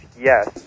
yes